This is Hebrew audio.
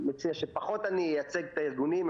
אני מציע שפחות אייצג את הארגונים,